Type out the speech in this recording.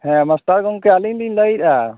ᱦᱮᱸ ᱢᱟᱥᱴᱟᱨ ᱜᱚᱝᱠᱮ ᱟᱹᱞᱤᱧ ᱞᱤᱧ ᱞᱟᱹᱭᱮᱜᱼᱟ